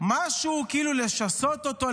משהו לשסות אותו,